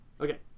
Okay